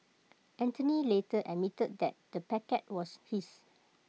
Anthony later admitted that the packet was his